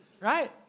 Right